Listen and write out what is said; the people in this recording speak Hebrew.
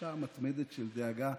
התחושה המתמדת של דאגה.